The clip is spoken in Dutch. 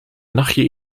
nachtje